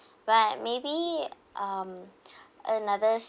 but maybe um another